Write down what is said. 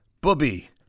Bubby